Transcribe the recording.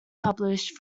published